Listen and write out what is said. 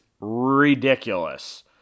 ridiculous